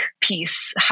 piece